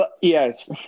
Yes